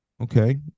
Okay